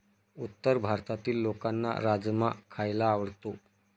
उत्तर भारतातील लोकांना राजमा खायला आवडतो